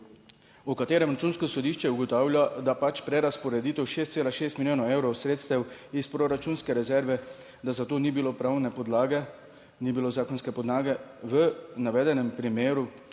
v katerem Računsko sodišče ugotavlja, da pač prerazporeditev 6,6 milijonov evrov sredstev iz proračunske rezerve, da za to ni bilo pravne podlage ni bilo zakonske podlage, v navedenem primeru